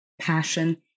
passion